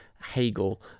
hegel